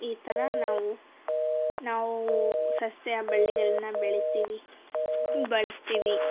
ಈ ಥರ ನಾವು ನಾವು ಸಸ್ಯ ಬಳ್ಳಿಗಳನ್ನ ಬೆಳೀತೀವಿ ಬಳಸ್ತೀವಿ